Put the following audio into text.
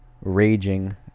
raging